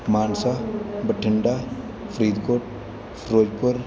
Mansa Bathinda Faridkot Firozpur